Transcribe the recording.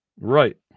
Right